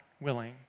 willing